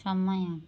ସମୟ